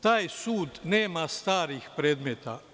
Taj sud nema starih predmeta.